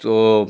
তো